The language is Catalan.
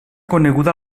coneguda